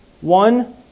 One